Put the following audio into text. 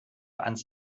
ans